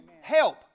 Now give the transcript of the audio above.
help